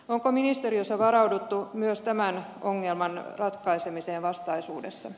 onko ministeriössä varauduttu myös tämän ongelman ratkaisemiseen vastaisuudessa